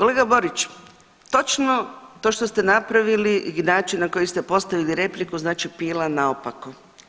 Kolega Borić, točno to što ste napravili i način na koji ste postavili repliku znači pila naopako.